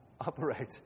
operate